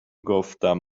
گفتم